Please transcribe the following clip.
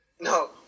no